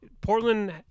Portland